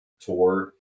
tour